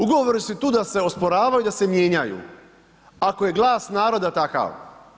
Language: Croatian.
Ugovori su tu da se osporavaju i da se mijenjaju ako je glas naroda takav.